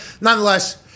nonetheless –